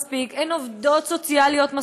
אין מספיק עובדות סוציאליות,